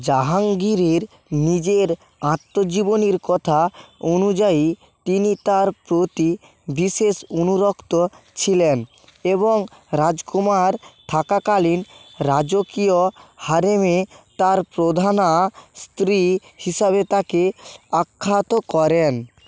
জাহাঙ্গীরের নিজের আত্মজীবনীর কথা অনুযায়ী তিনি তাঁর প্রতি বিশেষ অনুরক্ত ছিলেন এবং রাজকুমার থাকাকালীন রাজকীয় হারেমে তাঁর প্রধানা স্ত্রী হিসাবে তাঁকে আখ্যাত করেন